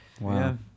wow